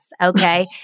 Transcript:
Okay